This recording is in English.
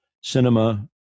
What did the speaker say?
Cinema